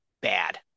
bad